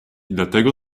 dlatego